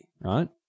right